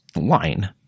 line